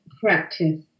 practice